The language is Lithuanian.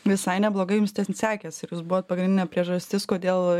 visai neblogai jums ten sekėsi ir jūs buvo pagrindinė priežastis kodėl